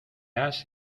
has